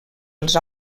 els